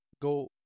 go